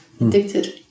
Addicted